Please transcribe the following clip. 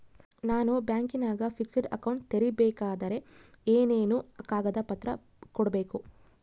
ನಾನು ಬ್ಯಾಂಕಿನಾಗ fixed account ತೆರಿಬೇಕಾದರೆ ಏನೇನು ಕಾಗದ ಪತ್ರ ಕೊಡ್ಬೇಕು?